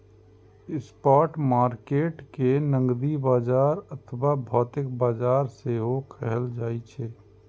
spot market कें नकदी बाजार अथवा भौतिक बाजार सेहो कहल जाइ छै